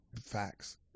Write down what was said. Facts